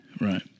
Right